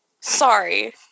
Sorry